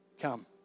Come